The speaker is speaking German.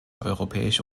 europäische